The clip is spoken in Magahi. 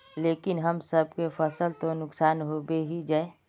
लेकिन हम सब के फ़सल तो नुकसान होबे ही जाय?